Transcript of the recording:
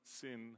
sin